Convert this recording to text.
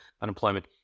unemployment